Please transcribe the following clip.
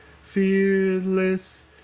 fearless